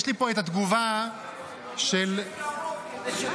יש לי פה את התגובה של --- אני יושב קרוב,